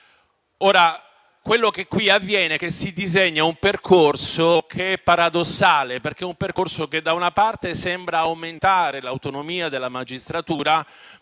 Quello che qui avviene è che si disegna un percorso paradossale perché, se da una parte sembra aumentare l'autonomia della magistratura,